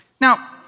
Now